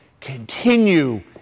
Continue